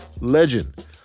legend